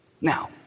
Now